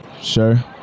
Sure